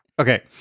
Okay